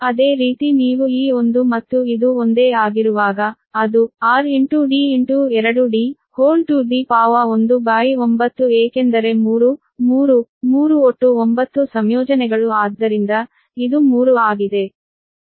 ಅದೇ ರೀತಿ ನೀವು ಈ ಒಂದು ಮತ್ತು ಇದು ಒಂದೇ ಆಗಿರುವಾಗ ಅದು r d 2d19 ಏಕೆಂದರೆ 3 3 3 ಒಟ್ಟು 9 ಸಂಯೋಜನೆಗಳು ಆದ್ದರಿಂದ ಇದು 3 ಆಗಿದೆ